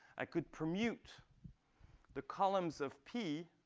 i could permute the columns of p,